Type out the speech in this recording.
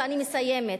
ואני מסיימת,